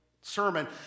sermon